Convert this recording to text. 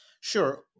Sure